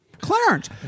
Clarence